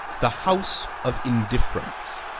the house of indifference.